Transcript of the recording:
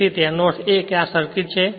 તેથી તેનો અર્થ એ કે આ સર્કિટ છે